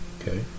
Okay